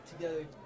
together